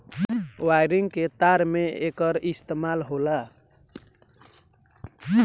violin के तार में एकर इस्तेमाल होला